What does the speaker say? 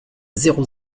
zéro